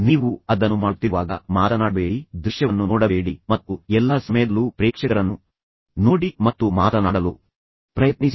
ನೀವು ಅದನ್ನು ಮಾಡುತ್ತಿರುವಾಗ ಮಾತನಾಡಬೇಡಿ ದೃಶ್ಯವನ್ನು ನೋಡಬೇಡಿ ಮತ್ತು ಎಲ್ಲಾ ಸಮಯದಲ್ಲೂ ಪ್ರೇಕ್ಷಕರನ್ನು ನೋಡಿ ಮತ್ತು ಮಾತನಾಡಲು ಪ್ರಯತ್ನಿಸಿ